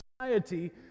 society